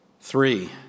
Three